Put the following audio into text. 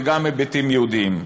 וגם היבטים יהודיים.